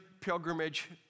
pilgrimage